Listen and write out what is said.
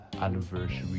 Anniversary